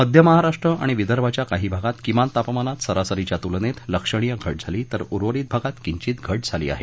मध्य महाराष्ट्र आणि विदर्भाच्या काही भागात किमान तापमानात सरासरीच्या तुलनेत लक्षणीय घट झाली तर उर्वरित भागात किंचित घट झाली आहे